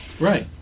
Right